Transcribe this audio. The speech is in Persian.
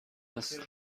است